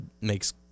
makes